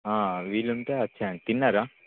వీలు ఉంటే వచ్చేయండి తిన్నారా